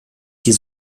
die